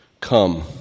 Come